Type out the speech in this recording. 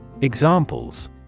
Examples